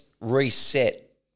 reset